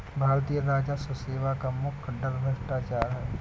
भारतीय राजस्व सेवा का मुख्य डर भ्रष्टाचार है